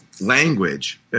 language